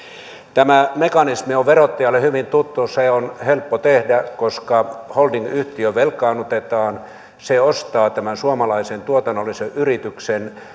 tämä mekanismi on verottajalle hyvin tuttu se on helppo tehdä koska hol dingyhtiö velkaannutetaan se ostaa tämän suomalaisen tuotannollisen yrityksen